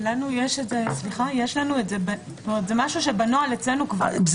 זה משהו שאצלנו בנוהל.